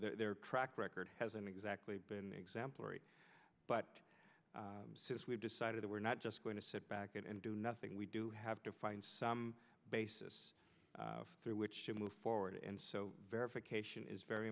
their track record hasn't exactly been exemplary but since we've decided that we're not just going to sit back and do nothing we do have to find some basis through which to move forward and so verification is very